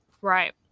Right